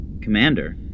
Commander